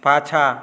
पाछाँ